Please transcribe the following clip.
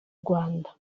rwanda